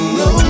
no